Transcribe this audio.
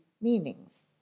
meanings